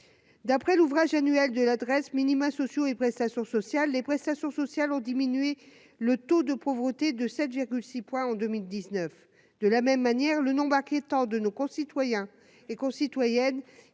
d'après l'ouvrage annuel de l'adresse, minima sociaux et prestations sociales, les prestations sociales ont diminué, le taux de pauvreté de 7 6 points en 2019 de la même manière le nom tant de nos concitoyens et concitoyennes